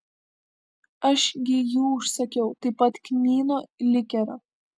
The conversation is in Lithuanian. aš gi jų užsakiau taip pat kmynų likerio